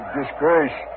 disgrace